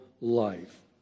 life